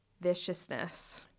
viciousness